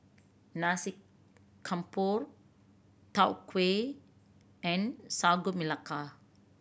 Nasi Campur Tau Huay and Sagu Melaka